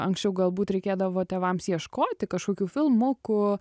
anksčiau galbūt reikėdavo tėvams ieškoti kažkokių filmukų